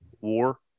war